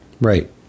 Right